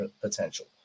potential